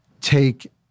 take